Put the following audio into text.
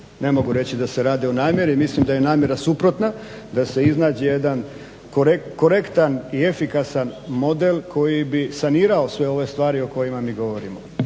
ne mogu reći da se radi o namjeri, mislim da je namjera suprotna, da se iznađe jedan korektan i efikasan model koji bi sanirao sve ove stvari o kojima mi govorimo.